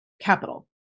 capital